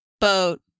boat